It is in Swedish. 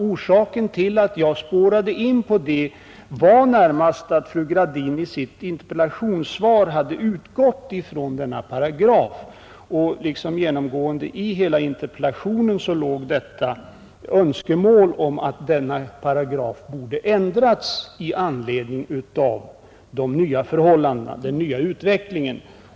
Orsaken till att jag spårade in på det var närmast att fru Gradin i sitt interpellationssvar hade utgått från denna paragraf, och det var ett genomgående önskemål i interpellationen att denna paragraf borde ändrats i anledning av den nya utvecklingen.